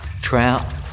trout